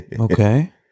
Okay